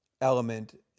element